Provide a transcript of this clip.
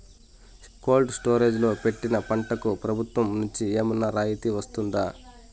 Cold storage లో పెట్టిన పంటకు ప్రభుత్వం నుంచి ఏమన్నా రాయితీ వస్తుందా?